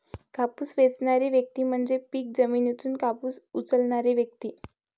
कापूस वेचणारी व्यक्ती म्हणजे पीक जमिनीतून कापूस उचलणारी व्यक्ती